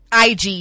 IG